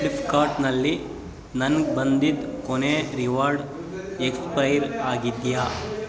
ಫ್ಲಿಫ್ಕಾರ್ಟ್ನಲ್ಲಿ ನನ್ಗೆ ಬಂದಿದ್ದ ಕೊನೆಯ ರಿವಾರ್ಡ್ ಎಕ್ಸ್ಪೈರ್ ಆಗಿದೆಯಾ